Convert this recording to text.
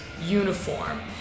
uniform